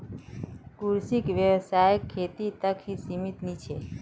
कृषि व्यवसाय खेती तक ही सीमित नी छे